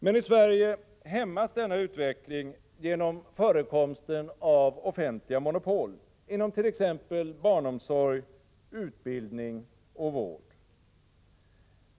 Men i Sverige hämmas denna utveckling genom förekomsten av offentliga monopol inom t.ex. barnomsorg, utbildning och vård.